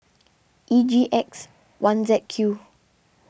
E G X one Z Q